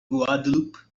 guadeloupe